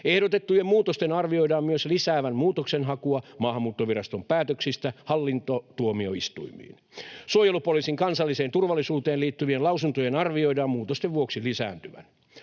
Ehdotettujen muutosten arvioidaan myös lisäävän muutoksenhakua Maahanmuuttoviraston päätöksistä hallintotuomioistuimiin. Suojelupoliisin kansalliseen turvallisuuteen liittyvien lausuntojen arvioidaan muutosten vuoksi lisääntyvän.